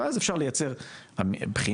ואז אפשר לייצר בחינה,